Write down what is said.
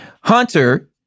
Hunter